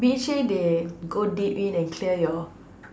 B_H_A they go deep in and clear your